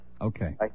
Okay